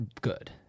good